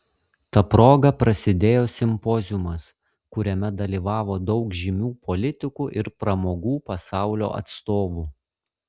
ta proga prasidėjo simpoziumas kuriame dalyvavo daug žymių politikų ir pramogų pasaulio atstovų